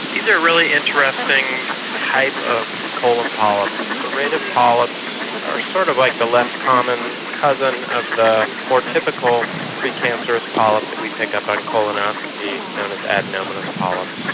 these are a really interesting type of colon polyp. serrated polyps are sort of like the less common cousin of the more typical precancerous polyp that we pick up on colonoscopy known as adenomatous polyps.